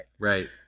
Right